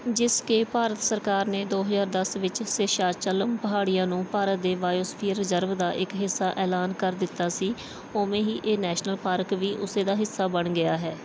ਜਿਸ ਕਿ ਭਾਰਤ ਸਰਕਾਰ ਨੇ ਦੋ ਹਜ਼ਾਰ ਦਸ ਵਿੱਚ ਸੇਸ਼ਾਚਲਮ ਪਹਾੜੀਆਂ ਨੂੰ ਭਾਰਤ ਦੇ ਬਾਇਓਸਫੀਅਰ ਰਿਜ਼ਰਵ ਦਾ ਇੱਕ ਹਿੱਸਾ ਐਲਾਨ ਕਰ ਦਿੱਤਾ ਸੀ ਉਵੇਂ ਹੀ ਇਹ ਨੈਸ਼ਨਲ ਪਾਰਕ ਵੀ ਉਸ ਦਾ ਹਿੱਸਾ ਬਣ ਗਿਆ ਹੈ